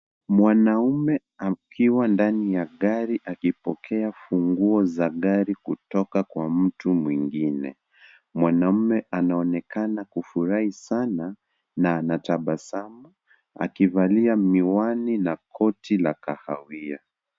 Mwanaume akiwa ndani ya gari akipokea funguo za gari kutoka kwa mtu mwingine. Mwanaume anaonekana kufurahi sana na anatabasamu akivalia miwani na koti la kahawia.